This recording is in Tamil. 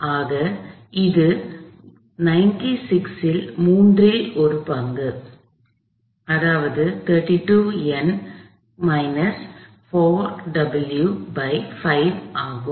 ஆக அது 96ல் மூன்றில் ஒரு பங்கு அதாவது 32 N கழித்தல் 4W5 ஆகும்